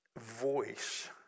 voice